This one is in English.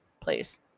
please